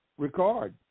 Ricard